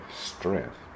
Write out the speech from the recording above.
strength